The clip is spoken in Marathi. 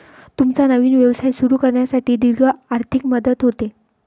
तुमचा नवीन व्यवसाय सुरू करण्यासाठी दीर्घ आर्थिक मदत होते